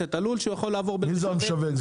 למועצת הלול שהוא יכול לעבור --- מי זה המשווק?